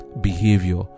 behavior